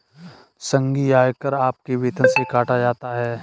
संघीय आयकर आपके वेतन से काटा जाता हैं